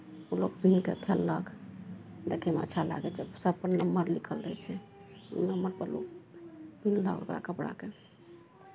ओ लोक पिन्ह कऽ खेललक देखयमे अच्छा लागै छै सभपर नम्बर लिखल रहै छै नम्बरपर लोक पिन्हलक ओकरा कपड़ाकेँ